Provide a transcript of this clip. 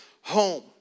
home